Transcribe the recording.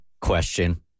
question